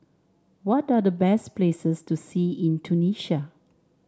what are the best places to see in Tunisia